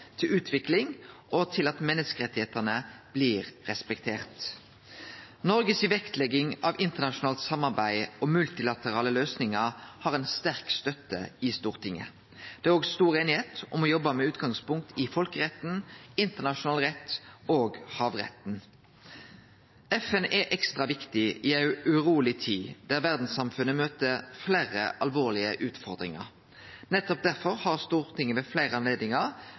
til utvikling og til at menneskerettane blir respekterte. Noregs vektlegging av internasjonalt samarbeid og multilaterale løysingar har sterk støtte i Stortinget. Det er òg stor einigheit om å jobbe med utgangspunkt i folkeretten, internasjonal rett og havretten. FN er ekstra viktig i ei uroleg tid da verdssamfunnet møter fleire alvorlege utfordringar. Nettopp derfor har Stortinget ved fleire